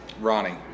Ronnie